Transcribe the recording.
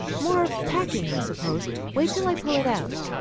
more packing, i suppose. wait till i pull it out.